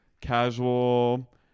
casual